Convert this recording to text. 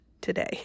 today